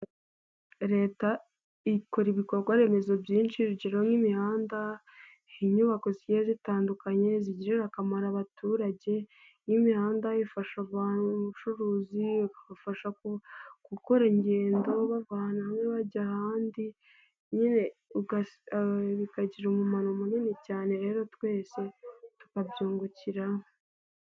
Leta ikora ibikorwa remezo byinshi urugero nk'imihanda, inyubako zigiye zitandukanye zigirira akamaro abaturage, nk'imihanda ifasha ubucuruzi, bikabafasha gukora ingendo bava ahantu hamwe bajya ahandi, nyine bikagira umumaro munini cyane rero twese tukabyungukiramo.